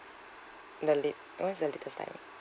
the late~ when is the latest time